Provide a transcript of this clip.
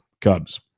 Cubs